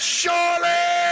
surely